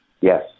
Yes